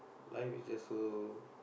life is just so